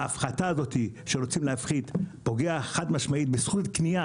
ההפחתה הזאת שרוצים להפחית פוגעת חד-משמעית בזכות קנייה